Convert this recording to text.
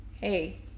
hey